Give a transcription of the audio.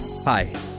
Hi